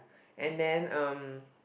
and then um